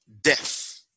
death